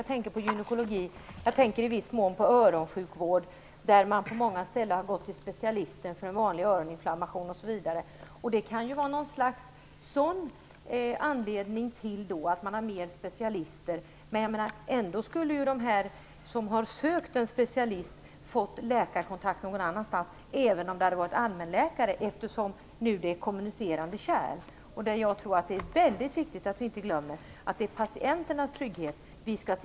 Jag tänker på gynekologi och i viss mån på öronsjukvård, där man på många ställen har gått till specialisten för en vanlig öroninflammation, osv. Det kan vara en sådan anledning till att man har fler specialister. De som sökt en specialist skulle ändå fått läkarkontakt någon annanstans, även om det hade varit en allmänläkare, eftersom det är kommunicerande kärl. Det är väldigt viktigt att vi inte glömmer att vi skall se till att patienternas trygghet finns.